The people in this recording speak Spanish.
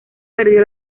perdió